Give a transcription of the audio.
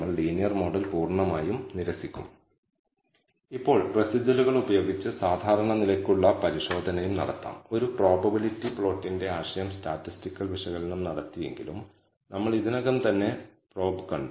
univariate റിഗ്രഷനിൽ നമ്മൾക്ക് ഈ രണ്ട് പാരാമീറ്ററുകൾ മാത്രമേ ഉള്ളൂ എന്നാൽ മൾട്ടിലീനിയർ റിഗ്രഷനിൽ നിരവധി പാരാമീറ്ററുകൾ ഉണ്ട് ഓരോ ഇൻഡിപെൻഡന്റ് വേരിയബിളിനും അനുയോജ്യമായ ഒന്ന് നിങ്ങൾക്ക് ഉണ്ടായിരിക്കും അതിനാൽ നിങ്ങൾ നോക്കുന്ന നിരവധി അനുമാന പരിശോധനകൾ ഉണ്ടാകും